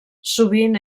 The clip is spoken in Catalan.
sovint